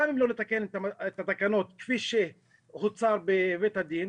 גם אם לא נתקן את התקנות כפי שהוצע בבית הדין,